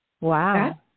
wow